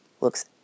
looks